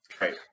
Right